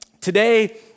Today